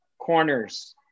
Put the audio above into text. corners